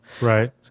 Right